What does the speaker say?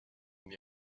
from